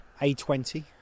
A20